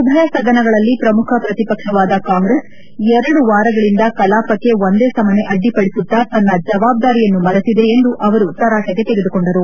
ಉಭಯ ಸದನಗಳಲ್ಲಿ ಪ್ರಮುಖ ಪ್ರತಿಪಕ್ಷವಾದ ಕಾಂಗ್ರೆಸ್ ಎರಡು ವಾರಗಳಿಂದ ಕಲಾಪಕ್ಷೆ ಒಂದೇ ಸಮನೆ ಅಡ್ಲಿಪಡಿಸುತ್ತಾ ತನ್ನ ಜವಾಬ್ದಾರಿಯನ್ನು ಮರೆತಿದೆ ಎಂದು ಅವರು ತರಾಟಿಗೆ ತೆಗೆದುಕೊಂಡರು